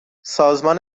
سازمان